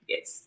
Yes